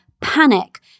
Panic